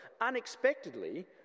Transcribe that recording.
unexpectedly